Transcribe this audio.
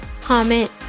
comment